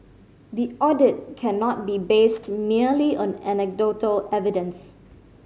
the audit cannot be based merely on anecdotal evidence